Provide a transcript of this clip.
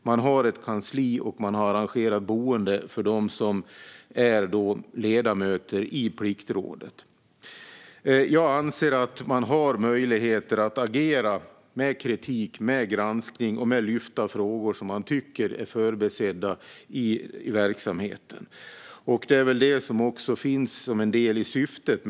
De har ett kansli, och man har arrangerat boende för ledamöterna i Pliktrådet. Jag anser att det finns möjligheter att agera med kritik och granskning och att lyfta frågor som man tycker är förbisedda i verksamheten. Detta är en del i syftet.